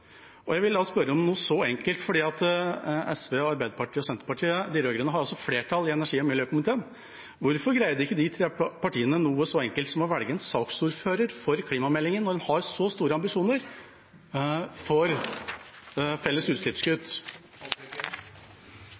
Jeg vil da spørre om noe enkelt. SV, Arbeiderpartiet og Senterpartiet, de rød-grønne, har flertall i energi- og miljøkomiteen. Hvorfor greide ikke de tre partiene noe så enkelt som å velge en saksordfører for klimameldingen, når en har så store ambisjoner for felles utslippskutt?